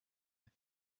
life